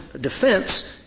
defense